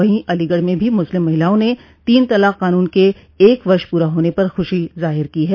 वहीं अलीगढ़ में भी मुस्लिम महिलाओं ने तीन तलाक कानून के एक वर्ष पूरा होने पर ख्रशी जाहिर की है